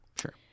Sure